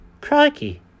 Crikey